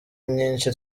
nyinshi